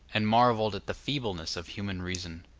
and marvelled at the feebleness of human reason.